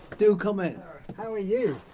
do come in how are you?